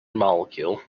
molecule